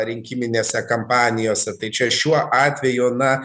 rinkiminėse kampanijose tai čia šiuo atveju na